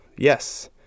Yes